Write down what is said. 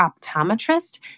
optometrist